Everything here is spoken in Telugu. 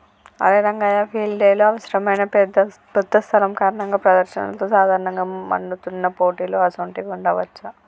అరే రంగయ్య ఫీల్డ్ డెలో అవసరమైన పెద్ద స్థలం కారణంగా ప్రదర్శనలతో సాధారణంగా మన్నుతున్న పోటీలు అసోంటివి ఉండవచ్చా